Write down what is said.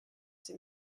ces